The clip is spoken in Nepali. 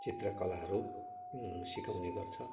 चित्रकलाहरू सिकाउने गर्छ